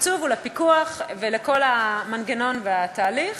התקצוב הוא לפיקוח ולכל המנגנון והתהליך,